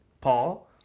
Paul